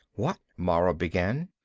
what mara began.